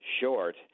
short